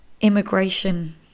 immigration